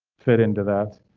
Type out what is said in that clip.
fit into that,